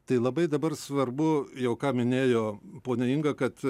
tai labai dabar svarbu jau ką minėjo ponia inga kad